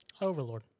Overlord